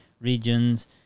regions